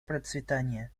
процветания